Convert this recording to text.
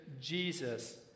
Jesus